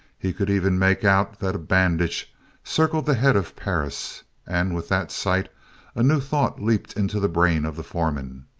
he could even make out that a bandage circled the head of perris and with that sight a new thought leaped into the brain of the foreman.